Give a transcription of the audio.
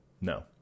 No